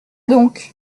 donc